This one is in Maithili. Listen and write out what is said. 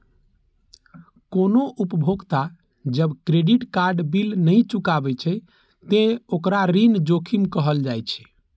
कोनो उपभोक्ता जब क्रेडिट कार्ड बिल नहि चुकाबै छै, ते ओकरा ऋण जोखिम कहल जाइ छै